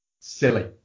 silly